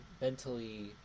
mentally